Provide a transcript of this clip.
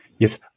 Yes